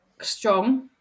strong